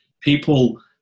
people